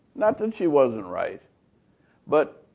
not that she wasn't right but